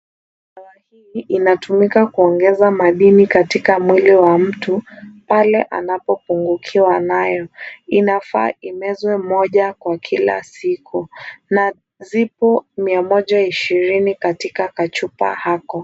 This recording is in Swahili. Dawa hili inatumika kuongeza madini katika mwili wa mtu pale anapopungukiwa nayo. Inafaa imezwe moja kwa kila siku, na zipo mia moja ishirini katika chupa hiyo.